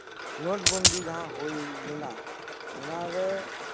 not ᱵᱚᱱᱫᱤ ᱡᱟᱦᱟᱸ ᱦᱩᱭᱞᱮᱱᱟ ᱚᱱᱟᱨᱮ